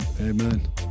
Amen